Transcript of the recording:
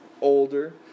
older